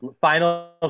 Final